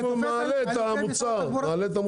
הוא מעלה את המחיר